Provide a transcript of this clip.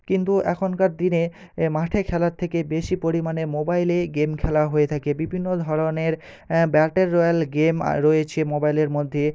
কিন্তু এখনকার দিনে মাঠে খেলার থেকে বেশি পরিমাণে মোবাইলেই গেম খেলা হয়ে থাকে বিভিন্ন ধরনের ব্যাটেল রয়্যাল গেম রয়েছে মোবাইলের মধ্যে